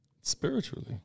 Spiritually